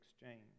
exchange